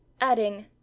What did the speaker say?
adding